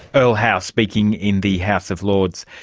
earl howe speaking in the house of lords.